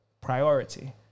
priority